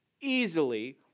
easily